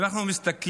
אם אנחנו מסתכלים